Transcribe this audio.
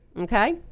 Okay